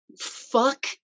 Fuck